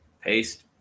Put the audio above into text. Paste